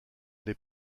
les